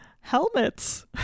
helmets